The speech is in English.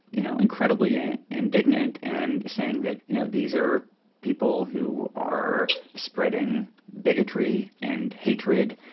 you know, incredibly indignant and saying that, you know, these are people who are spreading bigotry and hatred,